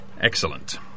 Excellent